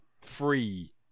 free